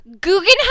Guggenheim